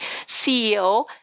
CEO